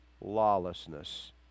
lawlessness